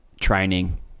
training